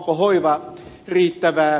onko hoiva riittävää